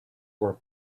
were